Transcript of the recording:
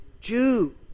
Jew